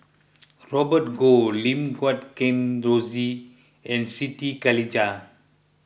Robert Goh Lim Guat Kheng Rosie and Siti Khalijah